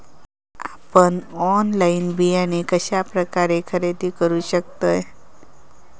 आपन ऑनलाइन बियाणे कश्या प्रकारे खरेदी करू शकतय?